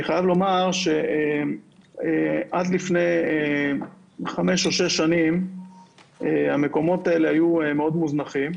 אני חייב לומר שעד לפני חמש או שש שנים המקומות האלה היו מאוד מוזמנים.